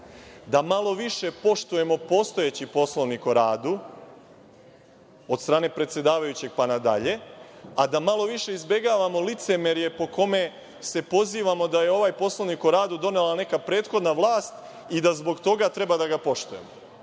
da malo više poštujemo postojeći Poslovnik o radu, od strane predsedavajućeg pa nadalje, a da malo više izbegavamo licemerje po kome se pozivamo da je ovaj Poslovnik o radu donela neka prethodna vlast i da zbog toga treba da ga poštujemo.